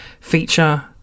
feature